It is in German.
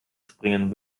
springen